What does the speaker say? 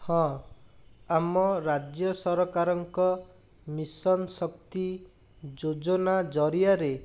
ହଁ ଆମ ରାଜ୍ୟ ସରକାରଙ୍କ ମିଶନ୍ ଶକ୍ତି ଯୋଜନା ଜରିଆରେ